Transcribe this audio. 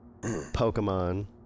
Pokemon